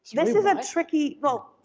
you know this is a tricky, the